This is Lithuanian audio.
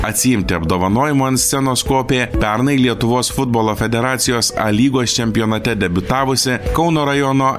atsiimti apdovanojimo ant scenos kopė pernai lietuvos futbolo federacijos a lygos čempionate debiutavusi kauno rajono